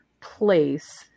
place